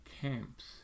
camps